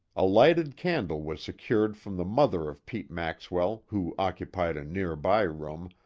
a lighted candle was secured from the mother of pete maxwell, who occupied a nearby room,